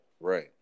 right